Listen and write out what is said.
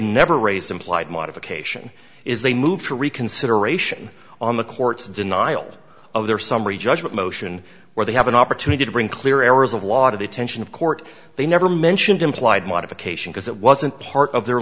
never raised implied modification is they move for reconsideration on the court's denial of their summary judgment motion where they have an opportunity to bring clear errors of lot of the tension of court they never mentioned implied modification because it wasn't part of their